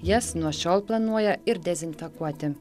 jas nuo šiol planuoja ir dezinfekuoti